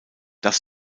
das